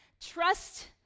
Trust